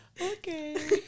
okay